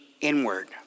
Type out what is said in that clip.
inward